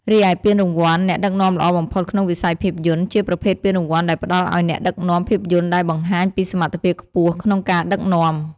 រីឯពានរង្វាន់ អ្នកដឹកនាំល្អបំផុតក្នុងវិស័យភាពយន្ត ជាប្រភេទពានរង្វាន់ដែលផ្តល់ឲ្យអ្នកដឹកនាំភាពយន្តដែលបង្ហាញពីសមត្ថភាពខ្ពស់ក្នុងការដឹកនាំ។